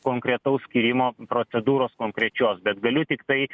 konkretaus skyrimo procedūros konkrečios bet galiu tiktai